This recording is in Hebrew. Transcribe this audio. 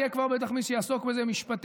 יהיה כבר בטח מי שיעסוק בזה משפטית,